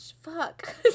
Fuck